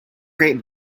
great